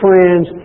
friends